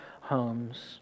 homes